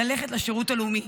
ללכת לשירות הלאומי.